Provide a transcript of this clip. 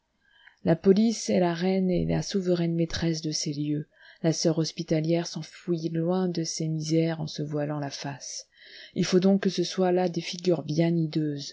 la police est la reine et la souveraine maîtresse de ces lieux la soeur hospitalière s'enfuit loin de ces misères en se voilant la face il faut donc que ce soient là des figures bien